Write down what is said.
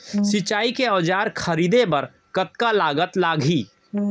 सिंचाई के औजार खरीदे बर कतका लागत लागही?